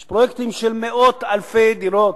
יש פרויקטים של מאות אלפי דירות,